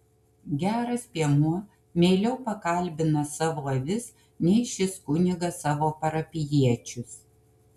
geras piemuo meiliau pakalbina savo avis nei šis kunigas savo parapijiečius